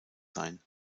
sein